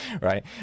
right